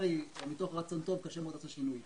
וולנטרי קשה שמאוד לעשות שינוי.